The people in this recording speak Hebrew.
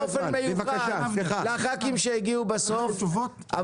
מיוחד עבור חברי כנסת שהגיעו בסוף.